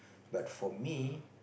but for me